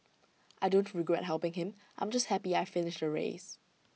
I don't regret helping him I'm just happy I finished the race